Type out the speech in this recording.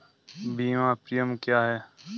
बीमा प्रीमियम क्या है?